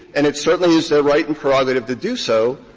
and it certainly is their right and prerogative to do so,